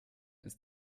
ist